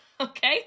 Okay